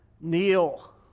Kneel